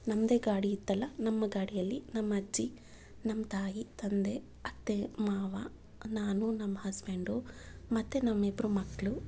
ನಮ್ಮದೇ ಗಾಡಿ ಇತ್ತಲ್ಲ ನಮ್ಮ ಗಾಡಿಯಲ್ಲಿ ನಮ್ಮ ಅಜ್ಜಿ ನಮ್ಮ ತಾಯಿ ತಂದೆ ಅತ್ತೆ ಮಾವ ನಾನು ನಮ್ಮ ಹಸ್ಬೆಂಡು ಮತ್ತೆ ನಮ್ಮಿಬ್ರ ಮಕ್ಕಳು